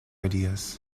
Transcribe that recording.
ideas